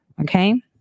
Okay